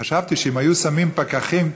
חשבתי שאם היו שמים פקחים,